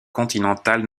continentales